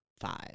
five